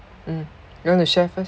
mm you want to share first